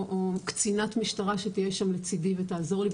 קצינת משטרה שתהיה שם לצידי ותעזור לי,